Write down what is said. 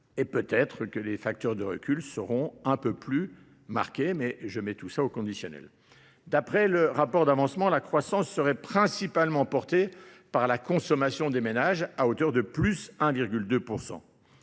Et peut-être que les facteurs de recul seront un peu plus marqués, mais je mets tout ça au conditionnel. D'après le rapport d'avancement, la croissance serait principalement portée par la consommation des ménages à hauteur de plus 1,2%.